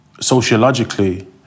sociologically